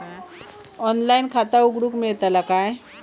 Online खाता उघडूक मेलतला काय?